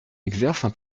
exercent